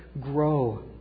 grow